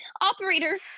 Operator